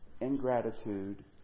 ingratitude